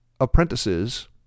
apprentices